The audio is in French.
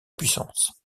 puissance